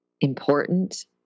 important